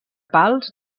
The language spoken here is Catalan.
pals